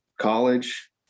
college